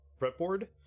Fretboard